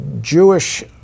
Jewish